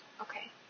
Okay